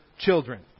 children